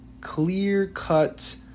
clear-cut